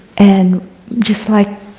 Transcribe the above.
and just like